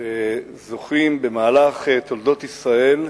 שזוכים במהלך תולדות ישראל,